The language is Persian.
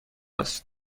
است